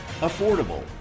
affordable